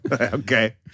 Okay